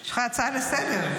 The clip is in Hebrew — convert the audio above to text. יש לך הצעה לסדר-היום.